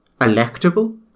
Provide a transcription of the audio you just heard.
electable